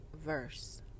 verse